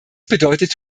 bedeutet